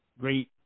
great